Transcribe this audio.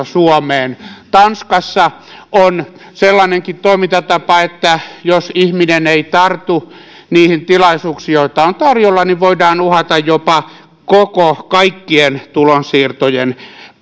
suomeen tanskassa on sellainenkin toimintatapa että jos ihminen ei tartu niihin tilaisuuksiin joita on tarjolla niin voidaan uhata jopa kaikkien tulonsiirtojen